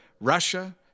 Russia